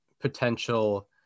potential